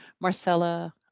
Marcella